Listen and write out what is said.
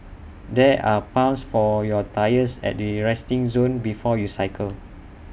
there are pumps for your tyres at the resting zone before you cycle